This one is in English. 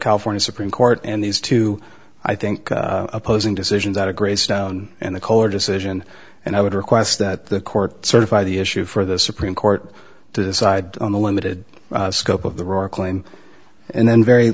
california supreme court and these two i think opposing decisions out of gray stone and the color decision and i would request that the court certify the issue for the supreme court to decide on the limited scope of the rockland and